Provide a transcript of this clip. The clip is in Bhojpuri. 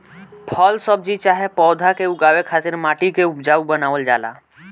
फल सब्जी चाहे पौधा के उगावे खातिर माटी के उपजाऊ बनावल जाला